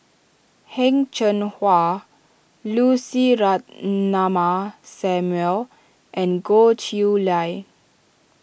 Heng Cheng Hwa Lucy Ratnammah Samuel and Goh Chiew Lye